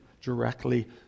directly